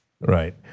Right